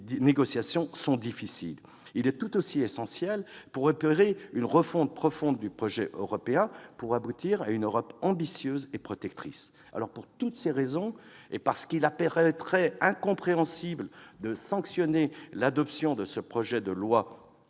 les négociations sont difficiles. Il est tout aussi essentiel pour opérer une refonte profonde du projet européen et construire une Europe ambitieuse et protectrice. Pour toutes ces raisons, et parce qu'il apparaîtrait incompréhensible de sanctionner l'adoption de ce projet de loi